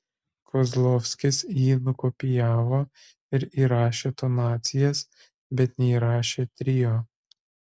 kozlovskis jį nukopijavo ir įrašė tonacijas bet neįrašė trio